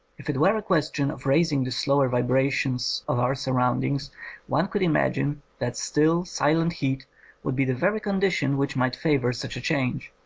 if it were a question of raising the slower vibrations of our surroundings one could imagine that still, silent heat would be the very condition which might favour such a change.